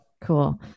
Cool